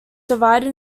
divided